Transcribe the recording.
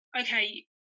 okay